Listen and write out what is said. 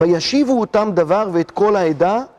וישיבו אותם דבר ואת כל העדה